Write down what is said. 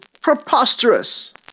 Preposterous